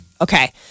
okay